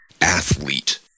athlete